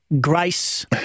Grace